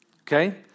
okay